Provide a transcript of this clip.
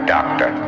Doctor